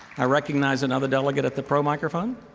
i recognize another delegate at the pro microphone.